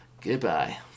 Goodbye